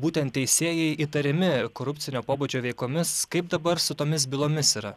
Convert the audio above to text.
būtent teisėjai įtariami korupcinio pobūdžio veikomis kaip dabar su tomis bylomis yra